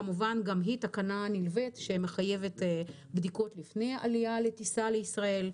כמובן גם היא תקנה נלווית שמחייבת בדיקות לפני העלייה לטיסה לישראל,